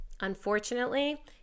unfortunately